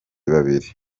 babiri